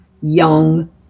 young